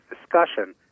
discussion